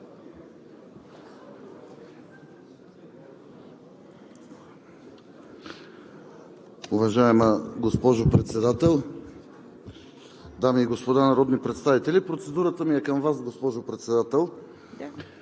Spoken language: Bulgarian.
Уважаема госпожо Председател, дами и господа народни представители! Процедурата ми е към Вас, госпожо Председател.